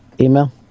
Email